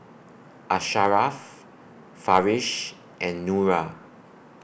Asharaff Farish and Nura